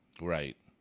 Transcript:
Right